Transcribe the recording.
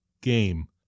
game